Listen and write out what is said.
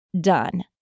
done